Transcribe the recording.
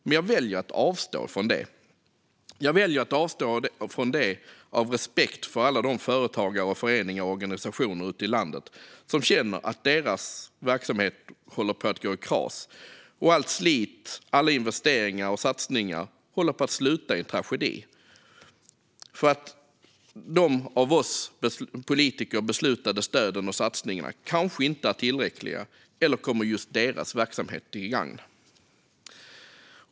Men jag väljer att avstå från det. Jag väljer att avstå från det av respekt för alla de företagare, föreningar och organisationer ute i landet som känner att deras verksamhet håller på att gå i kras och att allt slit, alla investeringar och alla satsningar håller på att sluta i en tragedi för att de av oss politiker beslutade stöden och satsningarna kanske inte är tillräckliga eller kommer just deras verksamhet till gagn.